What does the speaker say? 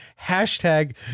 hashtag